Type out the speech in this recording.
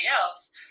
else